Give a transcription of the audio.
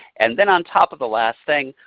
and then on top of the last thing,